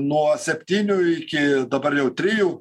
nuo septynių iki dabar jau trijų